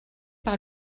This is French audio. par